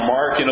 Mark